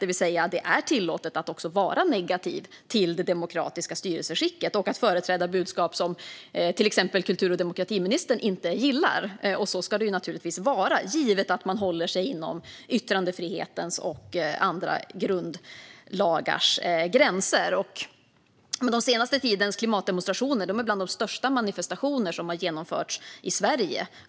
Det betyder att det är tillåtet att också vara negativ till det demokratiska styrelseskicket och att företräda budskap som till exempel kultur och demokratiministern inte gillar. Så ska det naturligtvis vara, givet att man håller sig inom yttrandefrihetens och andra grundlagars gränser. Den senaste tidens klimatdemonstrationer är bland de största manifestationer som har genomförts i Sverige.